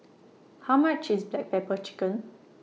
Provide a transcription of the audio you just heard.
How much IS Black Pepper Chicken